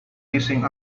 messing